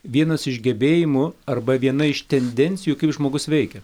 vienas iš gebėjimų arba viena iš tendencijų kaip žmogus veikia